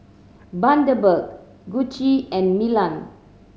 Bundaberg Gucci and Milan